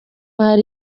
hari